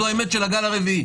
זו האמת של הגל הרביעי,